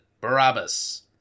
Barabbas